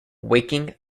waking